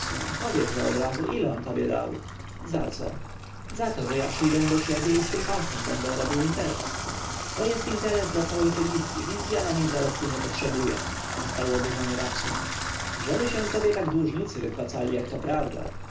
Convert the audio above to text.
powiedz odrazu ile on tobie dał za co za to że ja przyjdę do ciebie i z tym parchem będę robił interes to jest interes dla całej fenicji więc ja na nim zarobku nie potrzebuję odparł oburzony rabsun żeby się tobie tak dłużnicy wypłacali jak to prawda